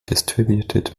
distributed